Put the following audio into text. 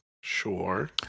Sure